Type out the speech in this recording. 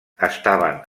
estaven